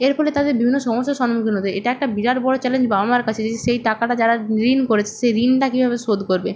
এর ফলে তাদের বিভিন্ন সমস্যার সম্মুখীন হতে হয় এটা একটা বিরাট বড় চ্যালেঞ্জ বাবা মার কাছে যে সেই টাকাটা যারা ঋণ করেছে সেই ঋণটা কীভাবে শোধ করবে